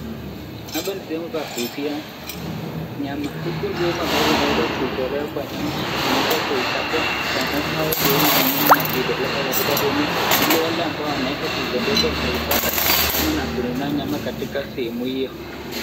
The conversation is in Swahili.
Hapa ni sehemu pa kuuzia nyama huku ni sehemu ambazo zimeeza kuitolewa kwa nyama inaweza kuikatwa kwa ngo'mbe au sehemu zingine na kuoelekwa katika sehemu hili wale wanaipendezwa wanaipata ama kununua nyama katika sehemu hiyo.